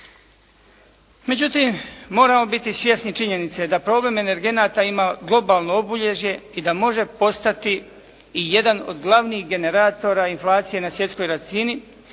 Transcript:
Međutim, moramo biti svjesni činjenice da problem energenata ima globalno obilježje i da može postati i jedan od glavnih generatora inflacije na svjetskoj razini,